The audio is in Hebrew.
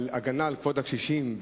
להגן על כבוד הקשישים,